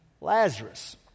Lazarus